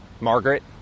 Margaret